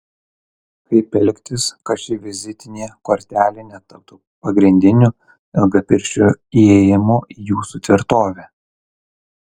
kaip elgtis kad ši vizitinė kortelė netaptų pagrindiniu ilgapirščių įėjimu į jūsų tvirtovę